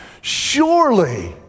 Surely